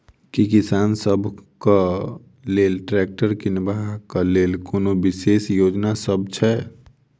की किसान सबहक लेल ट्रैक्टर किनबाक लेल कोनो विशेष योजना सब छै?